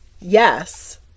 yes